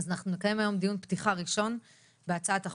אז אנחנו נקיים היום דיון פתיחה ראשון בהצעת החוק,